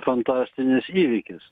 fantastinis įvykis